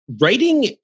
writing